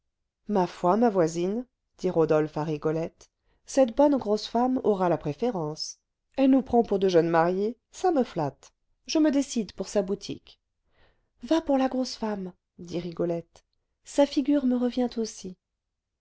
ma foi ma voisine dit rodolphe à rigolette cette bonne grosse femme aura la préférence elle nous prend pour de jeunes mariés ça me flatte je me décide pour sa boutique va pour la grosse femme dit rigolette sa figure me revient aussi